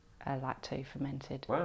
lacto-fermented